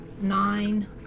Nine